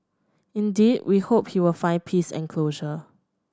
indeed we hope he will find peace and closure